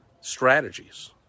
strategies